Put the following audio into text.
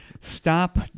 stop